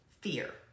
fear